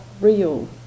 real